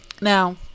Now